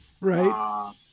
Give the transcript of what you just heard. Right